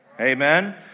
Amen